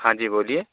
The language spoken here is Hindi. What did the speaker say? हाँ जी बोलिए